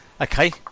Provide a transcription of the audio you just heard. Okay